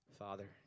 Father